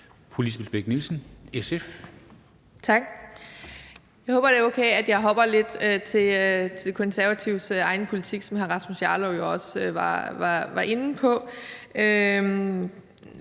Jeg håber, det er okay, at jeg hopper lidt til Konservatives egen politik, som hr. Rasmus Jarlov også var inde på.